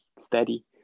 steady